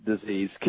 disease